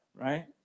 right